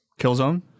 Killzone